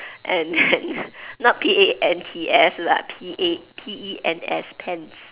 and then not P A N T S lah P A P E N S pens